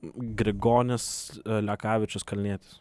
grigonis lekavičius kalnietis